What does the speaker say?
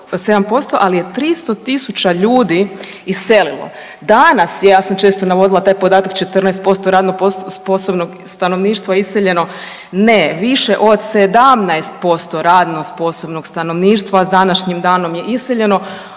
ali je 300 tisuća ljudi iselilo. Danas je, ja sam često navodila taj podatak, 14% radno sposobnog stanovništva iseljeno, ne, više od 17% radno sposobnog stanovništva s današnjim danom je iseljeno.